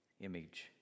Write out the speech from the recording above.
image